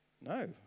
no